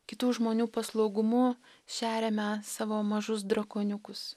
kitų žmonių paslaugumu šeriame savo mažus drakoniukus